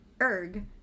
erg